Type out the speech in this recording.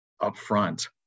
upfront